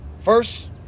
first